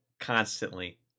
Constantly